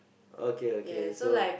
okay okay so